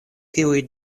kiuj